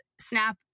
Snap